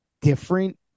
different